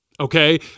okay